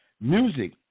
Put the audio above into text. Music